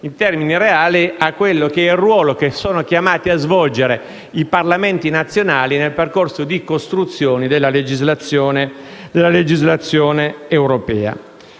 in termini reali, al ruolo che sono chiamati a svolgere i Parlamenti nazionali nel percorso di costruzione della legislazione europea.